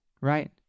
Right